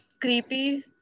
creepy